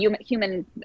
human